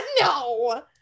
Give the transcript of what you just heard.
No